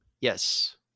Yes